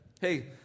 hey